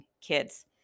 kids